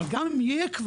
אבל גם אם היא תהיה,